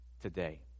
today